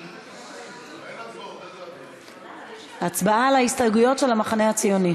הכנסת יצחק הרצוג, ציפי לבני,